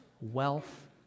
wealth